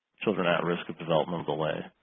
children at risk of development delay.